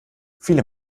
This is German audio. viele